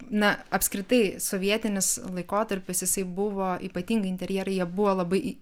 na apskritai sovietinis laikotarpis jisai buvo ypatinga interjerai jie buvo labai